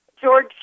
George